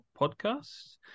podcasts